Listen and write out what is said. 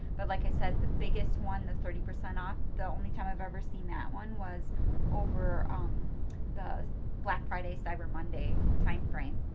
but like i said, the biggest one, the thirty percent off, the only time i've ever seen that one was over um the black friday cyber monday timeframe.